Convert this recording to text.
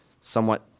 somewhat